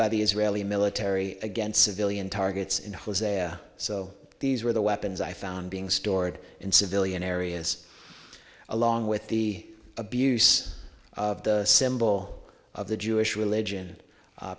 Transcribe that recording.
by the israeli military against civilian targets in hosea so these were the weapons i found being stored in civilian areas along with the abuse of the symbol of the jewish religion